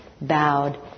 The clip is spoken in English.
bowed